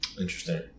Interesting